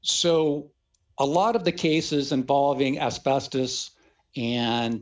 so a lot of the cases involving asbestos and